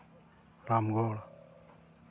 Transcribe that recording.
Ramgarh